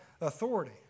authority